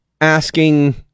asking